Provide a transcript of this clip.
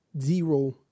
zero